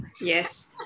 Yes